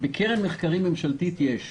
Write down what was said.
בקרן מחקרים ממשלתית יש,